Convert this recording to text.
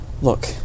Look